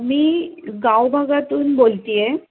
मी गावभागातून बोलत आहे